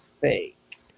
fake